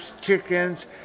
chickens